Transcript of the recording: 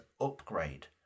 upgrade